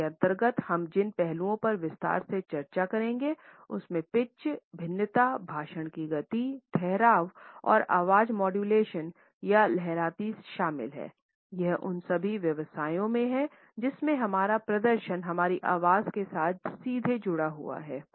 इसके अंतर्गत हम जिन पहलुओं पर विस्तार से चर्चा करेंगे उनमें पिच भिन्नताभाषण की गति ठहराव और आवाज़ मॉड्यूलेशन या लहराती शामिल हैं ये उन सभी व्यवसायों में है जिनमें हमारा प्रदर्शन हमारी आवाज़ के साथ सीधे जुड़ा हुआ है